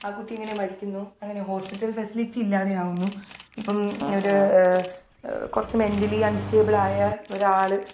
ആ കുട്ടി ഇങ്ങനെ മരിക്കുന്നു അങ്ങനെ ഹോസ്പിറ്റൽ ഫെസിലിറ്റി ഇല്ലാതെയാകുന്നു ഇപ്പം ഒരു കു റച്ച് മെന്റലി അൺസ്റ്റേബിളായ ഒരാൾ